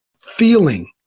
feeling